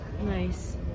Nice